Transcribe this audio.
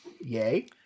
yay